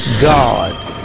God